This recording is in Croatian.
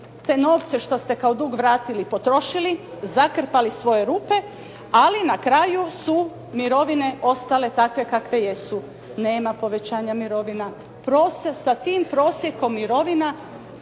te novce što ste kao dug vratili potrošili, zakrpali svoje rupe, ali na kraju su mirovine ostale takve kakve jesu. Nema povećanja mirovina. Sa tim prosjekom mirovina